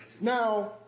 Now